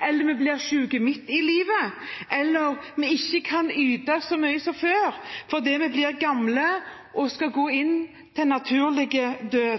eller vi ikke kan yte så mye som før fordi vi blir gamle og skal gå til en naturlig død.